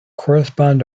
correspond